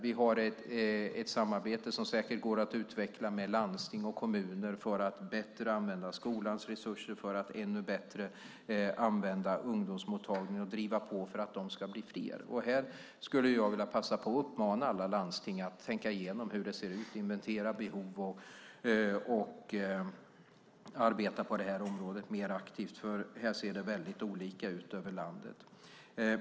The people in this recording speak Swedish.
Vi har ett samarbete som säkert går att utveckla med landsting och kommuner för att bättre använda skolans resurser och för att ännu bättre använda ungdomsmottagningarna och driva på för att de ska bli fler. Här skulle jag vilja passa på att uppmana alla landsting att tänka igenom hur det ser ut, inventera behov och arbeta mer aktivt på det här området, för här ser det väldigt olika ut över landet.